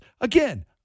Again